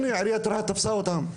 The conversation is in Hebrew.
הנה, עיריית רהט תפסה אותם.